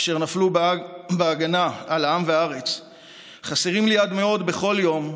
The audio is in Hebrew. אשר נפלו בהגנה על העם והארץ חסרים לי עד מאוד בכל יום,